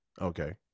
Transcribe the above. okay